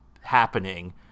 happening